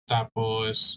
Tapos